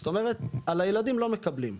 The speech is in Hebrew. זאת אומרת על הילדים לא מקבלים,